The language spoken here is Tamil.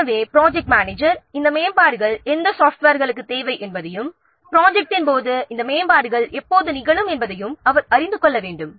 எனவே ப்ராஜெக்ட் மேனேஜர் இந்த மேம்பாடுகள் எந்த சாஃட்வேர்களுக்கு தேவை என்பதையும் ப்ராஜெக்ட்டின் போது இந்த மேம்பாடுகள் எப்போது நிகழும் என்பதையும் அவர் அறிந்து கொள்ள வேண்டும்